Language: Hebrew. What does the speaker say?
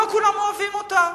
לא כולם אוהבים אותה.